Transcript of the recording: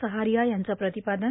सहारिया यांचं प्रतिपादन